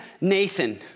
Nathan